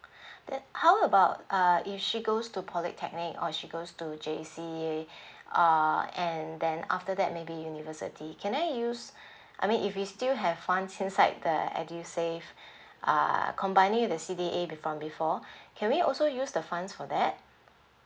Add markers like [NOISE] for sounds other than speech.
[BREATH] then how about uh if she goes to polytechnic or she goes to J_C [BREATH] uh and then after that maybe university can I use [BREATH] I mean if we still have funds inside the edusave [BREATH] uh combining the C_D_A from before can we also use the funds for that